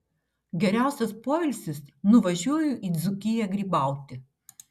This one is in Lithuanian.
geriausias poilsis nuvažiuoju į dzūkiją grybauti